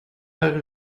are